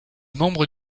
membres